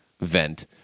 vent